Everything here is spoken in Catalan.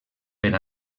per